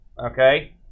Okay